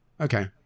Okay